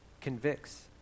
convicts